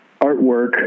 Artwork